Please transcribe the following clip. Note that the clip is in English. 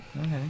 Okay